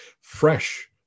fresh